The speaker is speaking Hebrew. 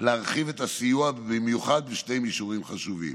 להרחיב את הסיוע, ובמיוחד בשני מישורים חשובים: